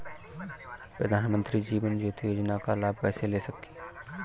प्रधानमंत्री जीवन ज्योति योजना का लाभ कैसे लें?